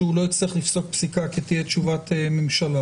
שהוא לא יצטרך לפסוק פסיקה כי תהיה תשובת ממשלה,